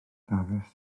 dafis